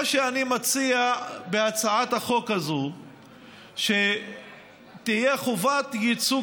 מה שאני מציע בהצעת החוק הזאת הוא שתהיה חובת ייצוג